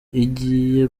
igiye